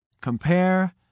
Compare